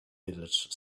village